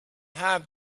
have